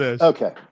Okay